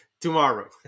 Tomorrow